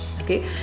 okay